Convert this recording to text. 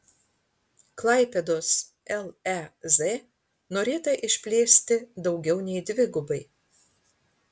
klaipėdos lez norėta išplėsti daugiau nei dvigubai